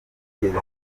ugeze